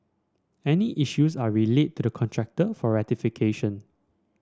any issues are relayed to the contractor for rectification